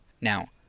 Now